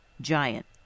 Giant